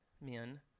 men